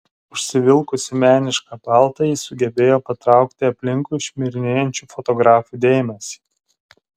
užsivilkusi menišką paltą ji sugebėjo patraukti aplinkui šmirinėjančių fotografų dėmesį